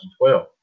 2012